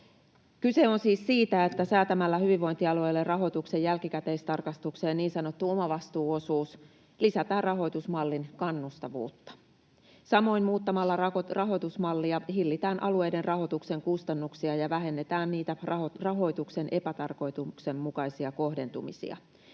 Kyse on siis siitä, että säätämällä hyvinvointialueille rahoituksen jälkikäteistarkastukseen niin sanottu omavastuuosuus lisätään rahoitusmallin kannustavuutta. Samoin muuttamalla rahoitusmallia hillitään alueiden rahoituksen kustannuksia ja vähennetään niitä rahoituksen epätarkoituksenmukaisia kohdentumisia.